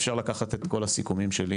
אפשר לקחת את כל הסיכומים שלי,